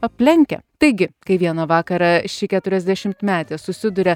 aplenkia taigi kai vieną vakarą ši keturiasdešimtmetė susiduria